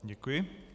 Děkuji.